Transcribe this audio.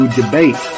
debate